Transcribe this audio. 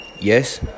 Yes